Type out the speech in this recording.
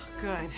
good